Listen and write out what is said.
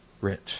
rich